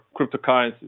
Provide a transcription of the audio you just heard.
cryptocurrencies